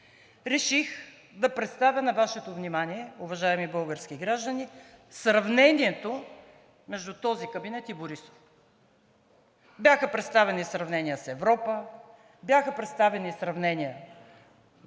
Реших да представя на Вашето внимание, уважаеми български граждани, сравнението между този кабинет и Борисов. Бяха представени сравнения с Европа, бяха представени сравнения вътре